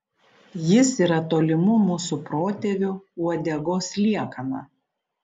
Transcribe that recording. jis yra tolimų mūsų protėvių uodegos liekana